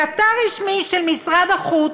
באתר רשמי של משרד החוץ,